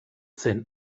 zen